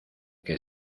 que